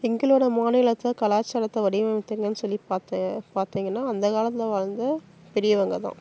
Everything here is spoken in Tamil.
எங்களோட மாநிலத்தில் கலாச்சாரத்தை வடிவமைத்தவங்கன்னு சொல்லி பார்த்து பார்த்திங்கன்னா அந்த காலத்தில் வாழ்ந்த பெரியவங்க தான்